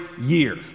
year